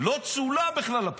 לא צולם בכלל הפתק.